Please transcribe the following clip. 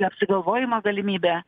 apsigalvojimo galimybę